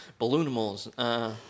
Balloonimals